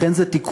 לכן זה תיקון.